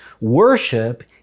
worship